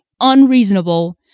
unreasonable